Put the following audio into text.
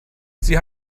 sie